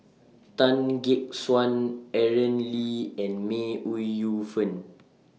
Tan Gek Suan Aaron Lee and May Ooi Yu Fen